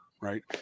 Right